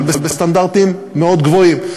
אבל בסטנדרטים מאוד גבוהים.